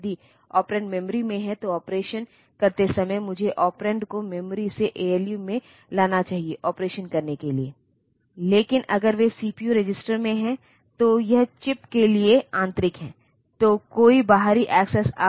यही है यह प्रोसेसर को बताएगा क्या ऑपरेशन किया जाना है और यही कारण है कि इसे ओपकोड या ऑपरेशन कोड कहा जाता है और इस ए को ऑपरेंड कहा जाता है और यह INR ओपकोड है